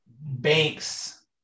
banks